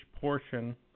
portion